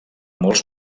molts